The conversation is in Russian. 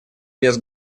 без